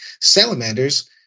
Salamanders